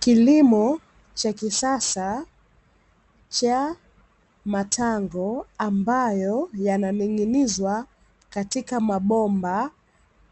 Kilimo cha kisasa cha matango, ambayo yananing'inizwa katika mabomba,